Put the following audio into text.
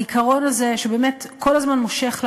העיקרון הזה, שכל הזמן מושך למדינה,